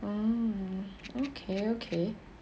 mm okay okay